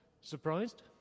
surprised